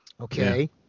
Okay